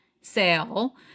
sale